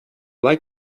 like